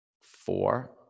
four